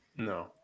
No